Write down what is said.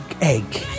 egg